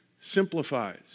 simplifies